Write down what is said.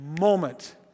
Moment